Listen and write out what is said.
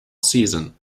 season